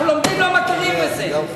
אנחנו לומדים, לא מכירים בזה.